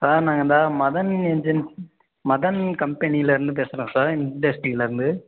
sir நாங்கள் இந்த Madan agency Madan கம்பெனிலேருந்து பேசுகிறோம் சார் இன்டஸ்ட்ரிலேருந்து